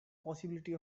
possibility